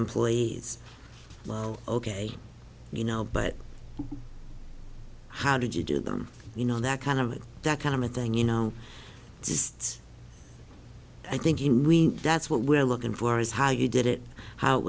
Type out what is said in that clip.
employees ok you know but how did you do them you know that kind of that kind of thing you know just i think that's what we're looking for is how you did it how it